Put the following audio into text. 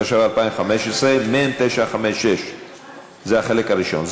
התשע"ו 2015. זה החלק הראשון,